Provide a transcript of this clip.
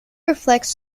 reflects